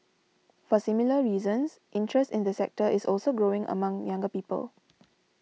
for similar reasons interest in the sector is also growing among younger people